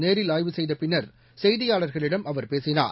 நேரில் ஆய்வு செய்த பின்னர் செய்தியாளர்களிடம் அவர் பேசினார்